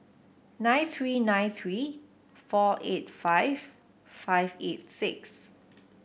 nine three nine three four eight five five eight six